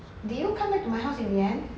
did you come back to my house in the end